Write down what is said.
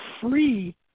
free